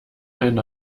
ein